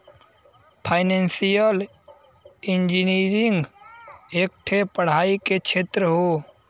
financial engineering एक ठे पढ़ाई के क्षेत्र हौ